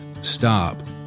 stop